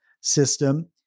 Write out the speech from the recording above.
system